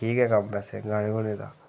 बाकी ठीक ऐ कम्म वैसे गाने गूने दा